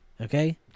Okay